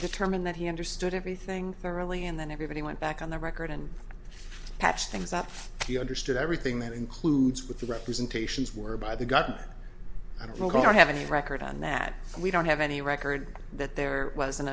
determined that he understood everything thoroughly and then everybody went back on the record and patched things up he understood everything that includes with the representations were by the government i don't have any record on that we don't have any record that there was an